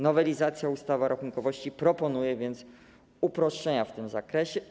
Nowelizacja ustawy o rachunkowości proponuje więc uproszczenia w tym zakresie.